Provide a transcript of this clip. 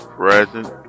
present